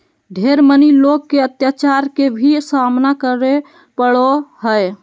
ढेर मनी लोग के अत्याचार के भी सामना करे पड़ो हय